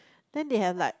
then they have like